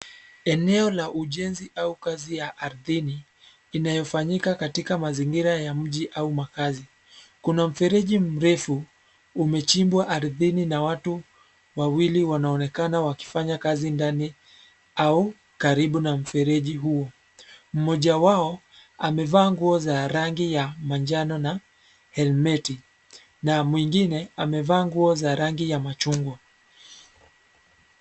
Eneo la ujenzi au kazi ya ardhini, inayofanyika katika mazingira ya mji au makazi, kuna mfereji mrefu, umechimbwa ardhini na watu, wawili wanaonekana wakifanya kazi ndani, au, karibu na mfereji huo, mmoja wao, amevaa nguo za rangi ya manjano na, helmeti, na mwingine amevaa nguo za rangi ya machungwa.